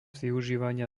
využívania